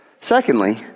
secondly